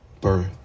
birth